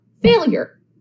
failure